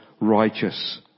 righteous